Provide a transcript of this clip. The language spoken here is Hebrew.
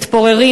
מתפוררים,